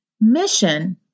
Mission